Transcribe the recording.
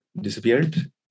disappeared